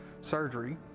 surgery